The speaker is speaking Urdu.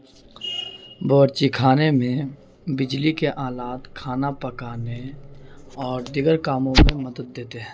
بورچکھانے میں بجلی کے آلات کھانا پکانے اور دیگر کاموں میں مدد دیتے ہیں